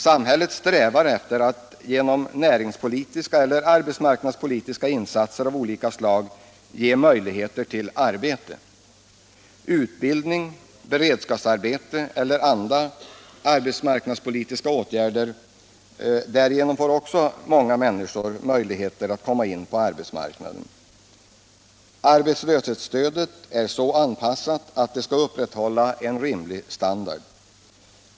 Samhället strävar efter att genom näringspolitiska eller arbetsmarknadspolitiska insatser av olika slag ge möjligheter till arbete. Genom utbildning, beredskapsarbete eller andra arbetsmarknadspolitiska åtgärder får också många människor möjligheter att komma in på arbetsmarknaden. Arbetslöshetsstödet är så anpassat att man med hjälp av det skall kunna upprätthålla en rimlig standard.